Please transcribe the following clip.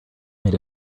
made